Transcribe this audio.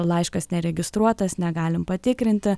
laiškas neregistruotas negalim patikrinti